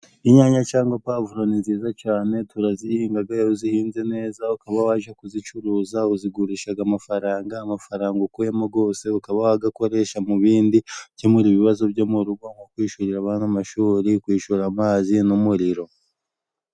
Inyanya cyangwa pavro ni nziza cyane turazihinga, iyo uzihinze neza ukaba wajya kuzicuruza uzigurisha amafaranga, amafaranga ukuyemo yose ukabaha wayakoresha mu bindi, ukemura ibibazo byo mu rugo nko kwishyurira abana amashuri kwishyura amazi n'umuriro.